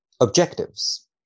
Objectives